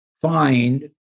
find